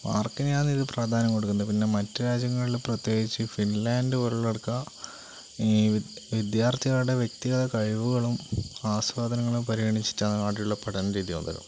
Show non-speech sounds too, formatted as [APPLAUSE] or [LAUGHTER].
mark തന്നെയാണ് ഇതില് പ്രാധാന്യം കൊടുക്കുന്നത് പിന്നെ മറ്റ് രാജ്യങ്ങളില് പ്രത്യേകിച്ച് ഫിൻലാൻഡ് പോലെയുള്ളയിടത്ത് ഈ വിദ്യാർത്ഥികളുടെ വ്യക്തിഗത കഴിവുകളും ആസ്വാദനങ്ങളും പരിഗണിച്ചിട്ടാണ് അവിടെയുള്ള പഠനരീതി [UNINTELLIGIBLE]